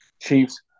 Chiefs